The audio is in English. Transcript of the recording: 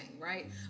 right